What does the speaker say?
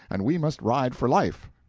and we must ride for life.